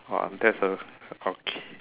!wah! that's a okay